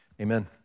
Amen